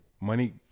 money